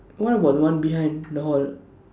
what about the one behind the hall